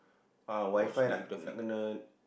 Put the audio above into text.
ah Wi-Fi nak nak kena